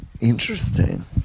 Interesting